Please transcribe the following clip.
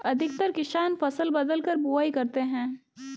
अधिकतर किसान फसल बदलकर बुवाई करते है